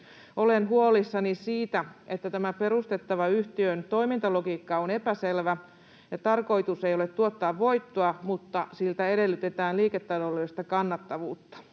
Olen huolissani siitä, että tämän perustettavan yhtiön toimintalogiikka on epäselvä: tarkoitus ei ole tuottaa voittoa, mutta siltä edellytetään liiketaloudellista kannattavuutta.